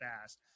fast